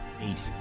Eight